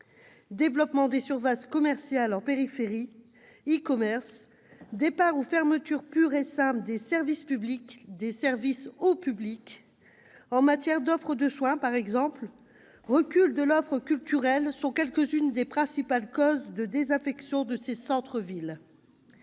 Développement des surfaces commerciales en périphérie, e-commerce, départ ou fermeture pure et simple des services publics- des services au public -, en matière d'offre de soins par exemple, recul de l'offre culturelle sont quelques-unes des principales causes de désaffection de ces centres-villes.